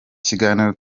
kiganiro